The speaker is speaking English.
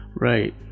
Right